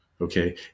okay